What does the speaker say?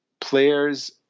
players